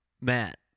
Matt